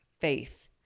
faith